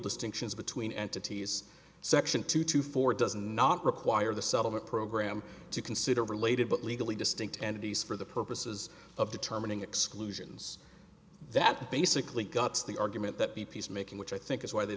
distinctions between entities section two to four does not require the settlement program to consider related but legally distinct entities for the purposes of determining exclusions that basically guts the argument that b p is making which i think is why they